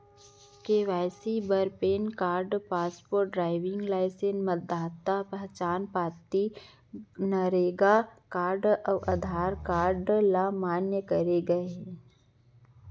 KYC बर PAN card, passport, driving licence, मतदाता पहचान पाती, नरेगा कारड अउ आधार कारड ल मान्य करे गे हे